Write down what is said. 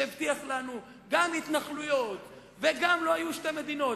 שהבטיח לנו גם התנחלויות וגם שלא יהיו שתי מדינות,